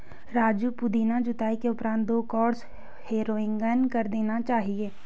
राजू पुदीना जुताई के उपरांत दो क्रॉस हैरोइंग कर देना चाहिए